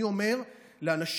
אני אומר לאנשים: